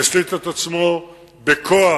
השליט את עצמו בכוח,